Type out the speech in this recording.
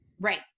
right